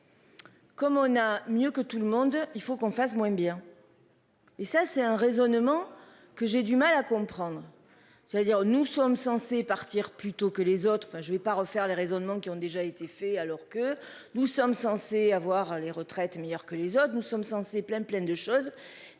Comme on a mieux que tout le monde, il faut qu'on fasse moins bien. Et ça c'est un raisonnement que j'ai du mal à comprendre, j'allais dire nous sommes censés partir plus tôt que les autres. Enfin je vais pas refaire les raisonnements qui ont déjà été fait alors que nous sommes censés avoir les retraites meilleur que les autres nous sommes censés plein plein de choses